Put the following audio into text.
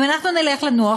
אם אנחנו נלך לנוח,